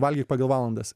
valgyk pagal valandas